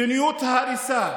מדיניות ההריסה